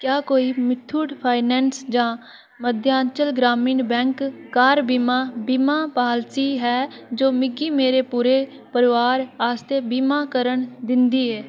क्या कोई मुथूट फाइनैंस जां मध्यांचल ग्रामीण बैंक कार बीमा बीमा पालसी है जो मिगी मेरे पूरे परोवार आस्तै बीमा करन दिंदी ऐ